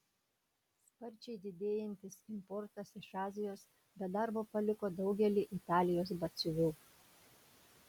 sparčiai didėjantis importas iš azijos be darbo paliko daugelį italijos batsiuvių